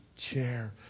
chair